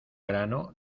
grano